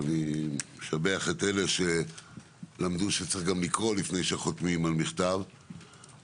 אני משבח את אלה שלמדו שצריך גם לקרוא לפני שחותמים על מכתב אבל